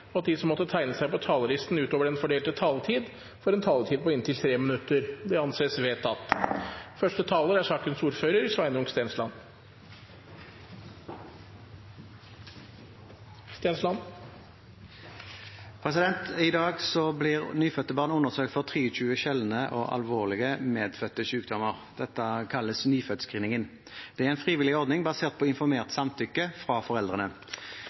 og at de som måtte tegne seg på talerlisten utover den fordelte taletid, får en taletid på inntil 3 minutter. – Det anses vedtatt. I dag blir nyfødte barn undersøkt for 23 sjeldne og alvorlige medfødte sykdommer. Dette kalles nyfødtscreeningen. Det er en frivillig ordning basert på informert samtykke fra foreldrene.